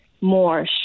more